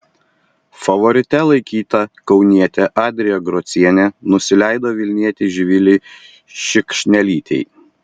favorite laikyta kaunietė adrija grocienė nusileido vilnietei živilei šikšnelytei